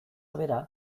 bera